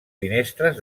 finestres